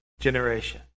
generation